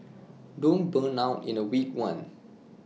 don't burn out in A week one